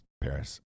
Paris